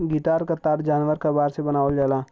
guitar क तार जानवर क बार से बनावल जाला